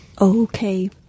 Okay